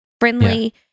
friendly